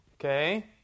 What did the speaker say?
okay